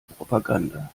propaganda